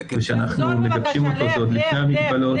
ושאנחנו מגבשים אותו זה עוד לפני המגבלות,